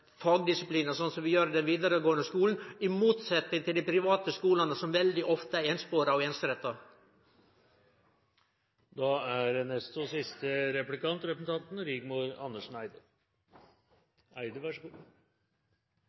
vi gjer i den vidaregåande skulen, i motsetnad til dei private skulene som veldig ofte er einspora og